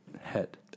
head